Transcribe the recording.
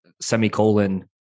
semicolon